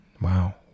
Wow